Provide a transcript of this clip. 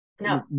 No